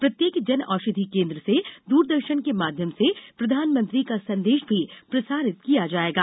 प्रत्येक जनऔषधी केन्द्र से दूरदर्शन के माध्यम से प्रधानमंत्री का संदेश भी प्रसारित होगा